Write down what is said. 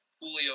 Julio